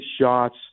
shots